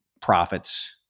profits